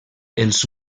els